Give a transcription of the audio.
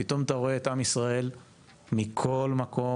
פתאום אתה רואה את עם ישראל מכל מקום,